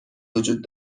وجود